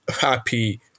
happy